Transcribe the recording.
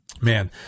man